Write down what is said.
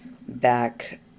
back